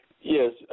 Yes